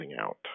out